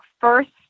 first